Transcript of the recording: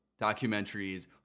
documentaries